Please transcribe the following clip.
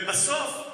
ובסוף,